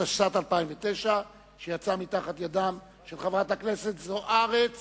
התשס"ט 2009, שיצא מתחת ידם של חברת הכנסת זוארץ